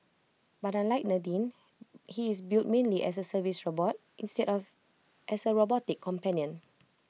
but unlike Nadine he is built mainly as A service robot instead of as A robotic companion